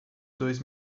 dois